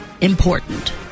important